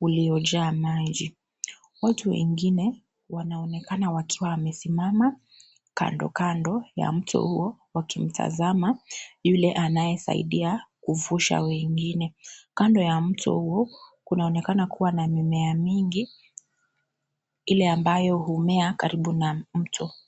uliojaa maji, watubwengine wanaonekana wakiwa wamesimma, kando kando, ya mto huo wakimtazama, yule anaye saidia, kufusha wengine, kando ya mto huo kunaonekana kuwa na mimea mingi, ile ambayo humea karibu na mto.